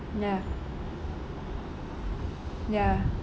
ya ya